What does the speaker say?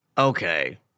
Okay